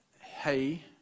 Hey